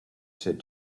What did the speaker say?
said